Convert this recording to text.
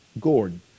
Gordon